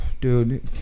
dude